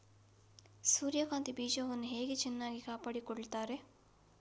ಸೂರ್ಯಕಾಂತಿ ಬೀಜಗಳನ್ನು ಹೇಗೆ ಚೆನ್ನಾಗಿ ಕಾಪಾಡಿಕೊಳ್ತಾರೆ?